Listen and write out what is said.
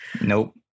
Nope